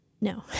No